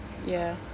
ya